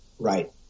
Right